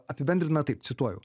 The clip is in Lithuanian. apibendrina taip cituoju